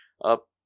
up